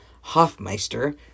Hoffmeister